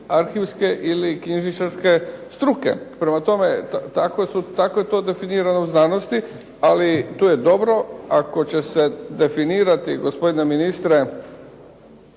arhivske ili knjižničarske struke. Prema tome, tako je to definirano u znanosti, ali tu je dobro ako će se definirati gospodine ministre,